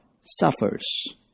suffers